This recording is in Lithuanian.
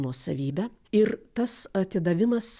nuosavybę ir tas atidavimas